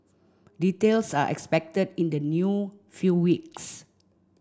details are expected in the new few weeks